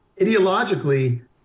ideologically